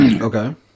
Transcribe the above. Okay